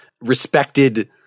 respected